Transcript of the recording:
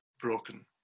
broken